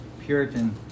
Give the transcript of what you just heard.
Puritan